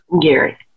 Gary